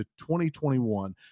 2021